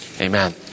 Amen